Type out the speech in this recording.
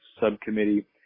Subcommittee